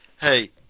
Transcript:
hey